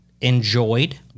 Enjoyed